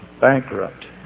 bankrupt